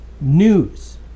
news